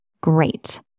Great